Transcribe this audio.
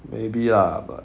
maybe lah but